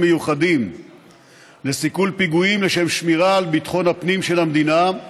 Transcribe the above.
מיוחדים לסיכול פיגועים לשם שמירה על ביטחון הפנים של המדינה,